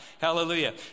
Hallelujah